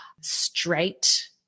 straight